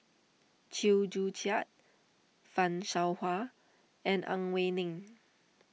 Chew Joo Chiat Fan Shao Hua and Ang Wei Neng